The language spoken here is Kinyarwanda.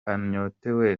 anyotewe